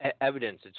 evidence